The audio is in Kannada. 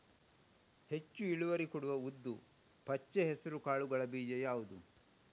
ಹೆಚ್ಚು ಇಳುವರಿ ಕೊಡುವ ಉದ್ದು, ಪಚ್ಚೆ ಹೆಸರು ಕಾಳುಗಳ ಬೀಜ ಯಾವುದು?